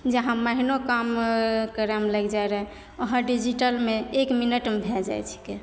जहाँ महिनो काम करैमे लैग जाइ रहै वहाँ डिजीटलमे एक मिनटमे भए जाइ छिकै